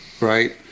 right